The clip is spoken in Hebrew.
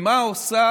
כולו.